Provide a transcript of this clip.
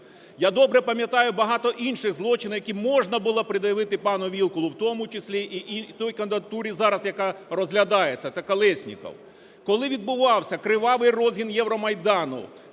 Я добре пам'ятаю багато інших злочинів, які можна було пред'явити пану Вілкулу, в тому числі і той кандидатурі, зараз яка розглядається, це Колєсніков. Коли відбувався кривавий розгін Євромайдану